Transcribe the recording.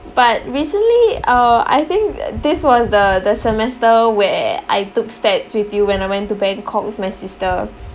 but recently uh I think this was the the semester where I took stats with you when I went to Bangkok with my sister